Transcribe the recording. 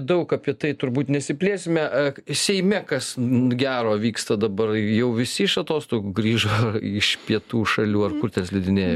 daug apie tai turbūt nesiplėsime ak seime kas gero vyksta dabar jau visi iš atostogų grįžo iš pietų šalių ar kur ten slidinėja